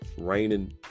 raining